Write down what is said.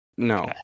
No